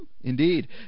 Indeed